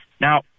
Now